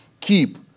keep